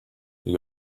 you